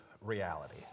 reality